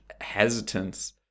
hesitance